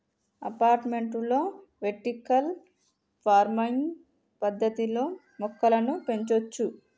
అపార్టుమెంట్లలో vertical farming పద్దతిలో మొక్కలను పెంచొచ్చు